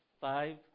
five